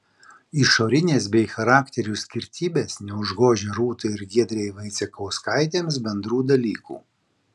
išorinės bei charakterių skirtybės neužgožia rūtai ir giedrei vaicekauskaitėms bendrų dalykų